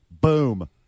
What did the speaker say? Boom